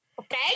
okay